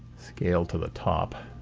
scale to the top